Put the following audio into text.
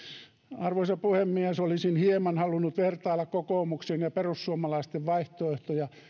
arvoisa puhemies olisin hieman halunnut vertailla kokoomuksen ja perussuomalaisten vaihtoehtoja